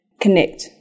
connect